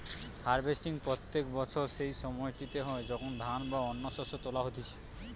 harvesting প্রত্যেক বছর সেই সময়টিতে হয় যখন ধান বা অন্য শস্য তোলা হতিছে